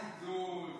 אתה מבין, זה הזלזול.